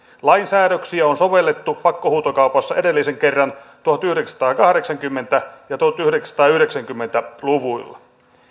lainsäädöksiä on sovellettu pakkohuutokaupassa edellisen kerran tuhatyhdeksänsataakahdeksankymmentä ja tuhatyhdeksänsataayhdeksänkymmentä luvuilla